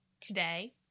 today